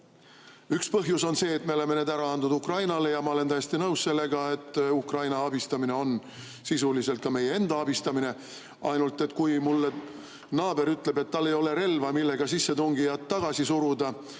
Üks põhjus on see, et me oleme need ära andnud Ukrainale. Ja ma olen täiesti nõus sellega, et Ukraina abistamine on sisuliselt ka meie enda abistamine. Ainult et kui mulle naaber ütleb, et tal ei ole relva, millega sissetungijat tagasi suruda,